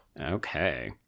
Okay